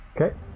okay